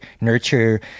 nurture